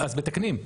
אז מתקנים.